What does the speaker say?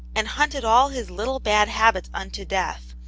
and hunted all his little bad habits unto death,